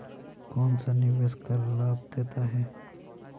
कौनसा निवेश कर लाभ देता है?